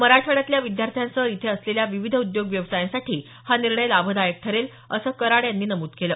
मराठवाड्यातल्या विद्यार्थ्यांसह इथे असलेल्या विविध उद्योग व्यवसायांसाठी हा निर्णय लाभदायक ठरेल असं कराड यांनी नमूद केलं